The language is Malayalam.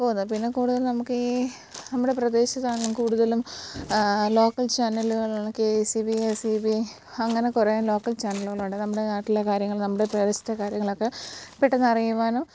പോകുന്നത് പിന്നെ കൂടുതൽ നമുക്കീ നമ്മുടെ പ്രദേശത്താണ് കൂടുതലും ലോക്കൽ ചാനലുകളുള്ള K C V A C V അങ്ങനെ കുറേ ലോക്കൽ ചാനലുകളുണ്ട് നമ്മുടെ നാട്ടിലെ കാര്യങ്ങൾ നമ്മുടെ പ്രദേശത്തെ കാര്യങ്ങളൊക്കെ പെട്ടെന്നറിയുവാനും